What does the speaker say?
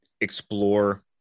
explore